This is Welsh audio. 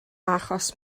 achos